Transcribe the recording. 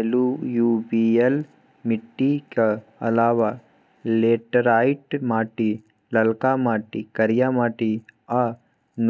एलुयुबियल मीटिक अलाबा लेटेराइट माटि, ललका माटि, करिया माटि आ